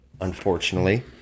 unfortunately